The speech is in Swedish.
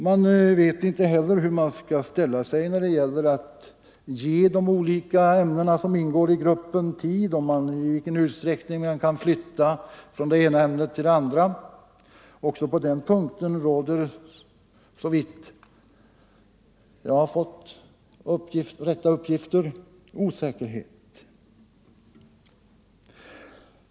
Man vet inte hur man skall ställa sig när det gäller att ge de olika ämnena inom orienteringsgruppen tid och i vilken utsträckning man kan flytta från det ena ämnet till det andra. Också på den punkten råder, om jag har fått riktiga uppgifter, osäkerhet.